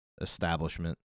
establishment